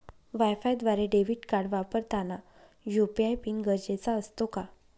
वायफायद्वारे debit card वापरताना UPI PIN गरजेचा असतो का?